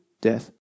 death